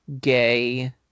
gay